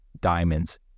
diamonds